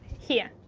here.